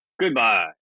Goodbye